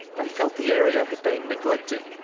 they felt the area had been neglected,